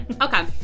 okay